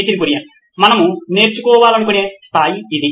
Nitin Kurian COO నోయిన్ electronics మనము చేరుకోవాలనుకునే స్థాయి అది